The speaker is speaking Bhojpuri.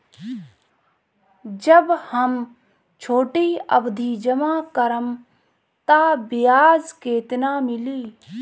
जब हम छोटी अवधि जमा करम त ब्याज केतना मिली?